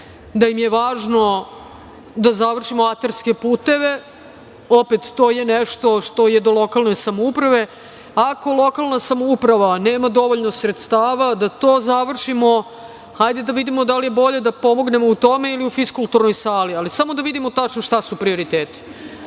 da im je važno da završimo atarske puteve, opet to je nešto što je do lokalne samouprave. Ako lokalna samouprava nema dovoljno sredstava da to završimo, da vidimo da li je bolje da pomognemo u tome ili u fiskulturnoj sali, ali samo da vidimo šta su tačni prioriteti.U